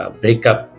breakup